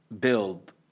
build